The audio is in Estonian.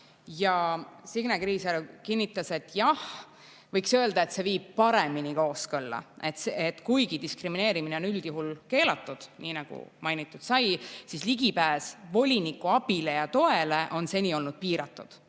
12. Signe Riisalo kinnitas, et jah, võiks öelda, et see viib paremini kooskõlla. Kuigi diskrimineerimine on üldjuhul keelatud, nii nagu mainitud sai, siis ligipääs voliniku abile ja toele on seni olnud piiratud